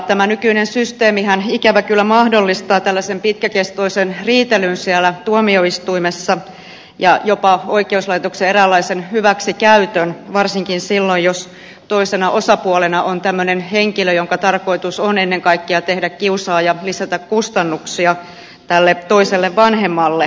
tämä nykyinen systeemihän ikävä kyllä mahdollistaa tällaisen pitkäkestoisen riitelyn siellä tuomioistuimessa ja jopa oikeuslaitoksen eräänlaisen hyväksikäytön varsinkin silloin jos toisena osapuolena on tämmöinen henkilö jonka tarkoitus on ennen kaikkea tehdä kiusaa ja lisätä kustannuksia tälle toiselle vanhemmalle